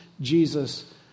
Jesus